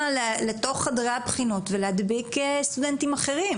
לתוך חדרי הבחינות ולהדביק סטודנטים אחרים.